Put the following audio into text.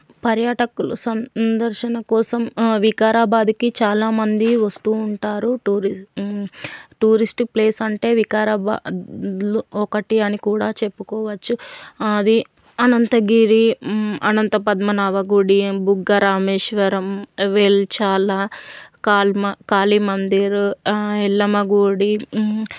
పర్యాటకులు సందర్శన కోసం వికారాబాద్కి చాలామంది వస్తూ ఉంటారు టూరిస్ట్ టూరిస్ట్ ప్లేస్ అంటే వికారాబాద్లో ఒకటి అని కూడా చెప్పుకోవచ్చు అది అనంతగిరి అనంతపద్మనాభ గుడి బుగ్గ రామేశ్వరం వెల్ చాలా కాల్ మా కాళీ మందిర్ ఎల్లమ్మ గుడి